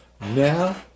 now